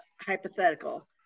hypothetical